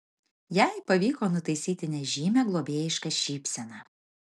jai pavyko nutaisyti nežymią globėjišką šypseną